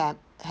fam~ have